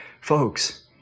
Folks